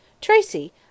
Tracy